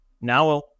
now